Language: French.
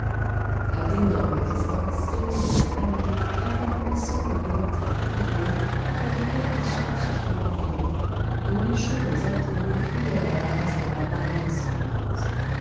à d'énormes distances s'élevaient des palmiers épanouissant leur éventail poudreux près de quelque source souvent tarie dont les chevaux altérés fouillaient la vase de leurs narines sanglantes